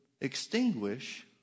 extinguish